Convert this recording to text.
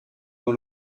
dans